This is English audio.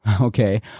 Okay